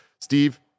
Steve